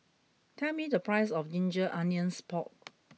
tell me the price of Ginger Onions Pork